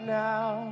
now